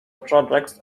projects